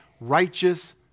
righteous